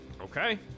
Okay